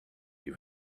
you